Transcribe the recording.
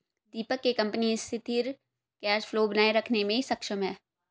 दीपक के कंपनी सिथिर cash flow बनाए रखने मे सक्षम है